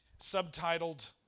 subtitled